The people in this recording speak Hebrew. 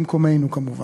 במקומנו כמובן.